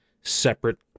separate